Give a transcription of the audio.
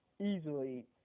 easily